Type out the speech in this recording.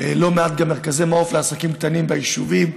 גם לא מעט מרכזי מעו"ף לעסקים קטנים ביישובים.